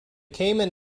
cayman